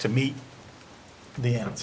to meet the